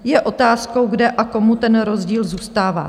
Je otázkou, kde a komu ten rozdíl zůstává.